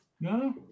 No